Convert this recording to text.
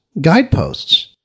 guideposts